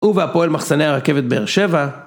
ובהפועל מחסני הרכבת באר שבע